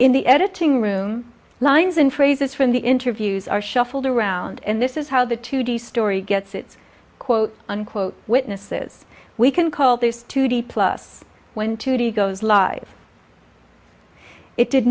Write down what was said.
in the editing room lines in phrases from the interviews are shuffled around and this is how the two d story gets its quote unquote witnesses we can call these two d plus when two d goes live it did